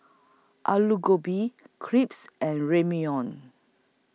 Alu Gobi Crepes and Ramyeon